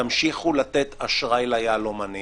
תמשיכו לתת אשראי ליהלומנים.